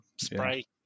spray